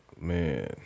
man